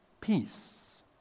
peace